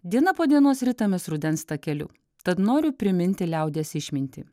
diena po dienos ritamės rudens takeliu tad noriu priminti liaudies išmintį